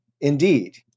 Indeed